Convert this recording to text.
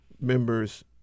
members